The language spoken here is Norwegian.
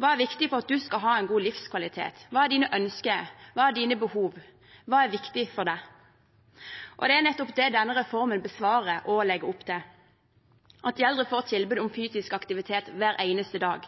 Hva er viktig for at du skal ha en god livskvalitet? Hva er dine ønsker? Hva er dine behov? Hva er viktig for deg? Det er nettopp det denne reformen besvarer og legger opp til: at de eldre får et tilbud om fysisk aktivitet hver eneste dag